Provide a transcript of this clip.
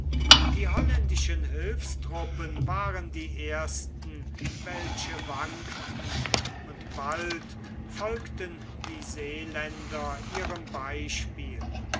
die holländischen hilfstruppen waren die ersten welche wankten und bald folgten die seeländer ihrem beispiel